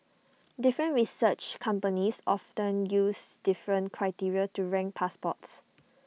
different research companies often use different criteria to rank passports